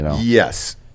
Yes